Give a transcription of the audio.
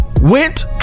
went